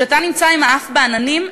כשאתה עם האף בעננים,